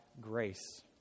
grace